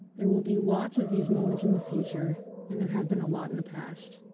there will be lots of these moments in the future and there have been a lot in the past.